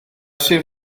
sir